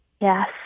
yes